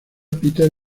peter